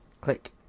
Click